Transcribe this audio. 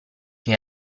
che